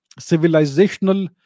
civilizational